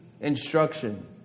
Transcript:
instruction